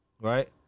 right